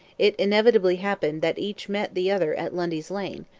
it inevitably happened that each met the other at lundy's lane,